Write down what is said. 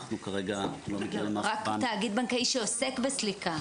רק תאגיד בנקאי שעוסק בסליקה.